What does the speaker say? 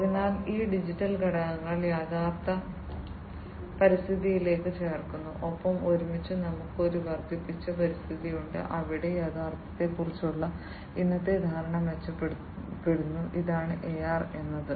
അതിനാൽ ഈ ഡിജിറ്റൽ ഘടകങ്ങൾ യഥാർത്ഥ പരിതസ്ഥിതിയിലേക്ക് ചേർക്കുന്നു ഒപ്പം ഒരുമിച്ച് നമുക്ക് ഒരു വർദ്ധിപ്പിച്ച പരിതസ്ഥിതിയുണ്ട് അവിടെ യാഥാർത്ഥ്യത്തെക്കുറിച്ചുള്ള ഇന്നത്തെ ധാരണ മെച്ചപ്പെടുന്നു ഇതാണ് AR എന്നത്